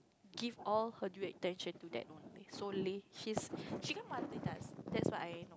give all her due attention to that only solely she's she can't multi task that's what I